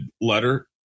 letter